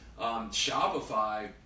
Shopify